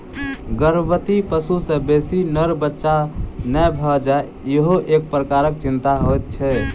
गर्भवती पशु सॅ बेसी नर बच्चा नै भ जाय ईहो एक प्रकारक चिंता होइत छै